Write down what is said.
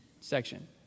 section